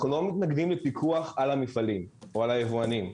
אנחנו לא מתנגדים לפיקוח על המפעלים או על היבואנים.